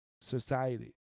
society